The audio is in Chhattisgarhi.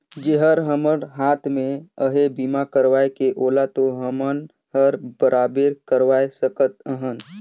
जेहर हमर हात मे अहे बीमा करवाये के ओला तो हमन हर बराबेर करवाये सकत अहन